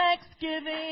thanksgiving